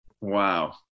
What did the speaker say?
Wow